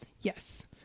yes